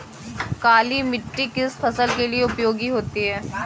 काली मिट्टी किस फसल के लिए उपयोगी होती है?